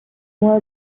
wore